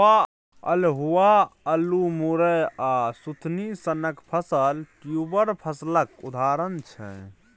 अल्हुआ, अल्लु, मुरय आ सुथनी सनक फसल ट्युबर फसलक उदाहरण छै